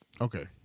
Okay